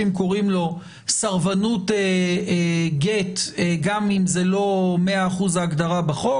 קוראים לו סרבנות גט גם אם זה לא 100% ההגדרה בחוק,